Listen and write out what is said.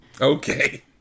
Okay